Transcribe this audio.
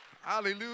hallelujah